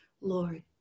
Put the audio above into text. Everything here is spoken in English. Lord